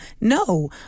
No